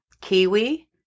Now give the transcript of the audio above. kiwi